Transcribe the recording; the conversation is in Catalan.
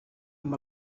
amb